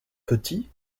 petits